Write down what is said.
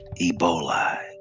Ebola